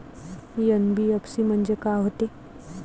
NBFC म्हणजे का होते?